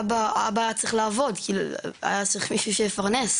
אבא היה צריך לעבוד, כי היה צריך שמישהו יפרנס.